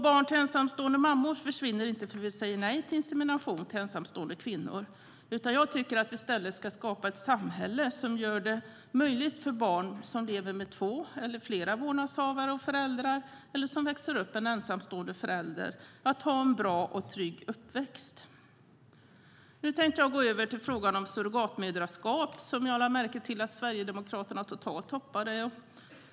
Barn till ensamstående mammor försvinner alltså inte för att vi säger nej till insemination för ensamstående kvinnor. Jag tycker att vi i stället ska skapa ett samhälle som gör det möjligt för barn som lever med två eller fler vårdnadshavare och föräldrar eller som växer upp med en ensamstående förälder att ha en bra och trygg uppväxt. Nu tänker jag gå över till frågan om surrogatmoderskap som jag lade märke till att Sverigedemokraterna totalt hoppade över.